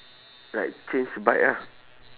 like change bike ah